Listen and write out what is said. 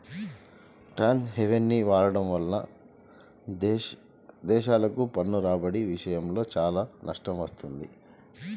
tax హెవెన్ని వాడటం వల్ల దేశాలకు పన్ను రాబడి విషయంలో చాలా నష్టం వస్తుంది